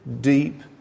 deep